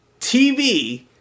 TV